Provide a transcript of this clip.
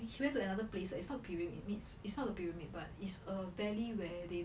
he went to another place eh it's not pyramids it's not the pyramid but it's a valley where they